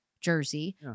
jersey